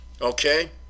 okay